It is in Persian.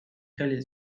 خیلی